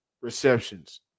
receptions